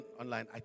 online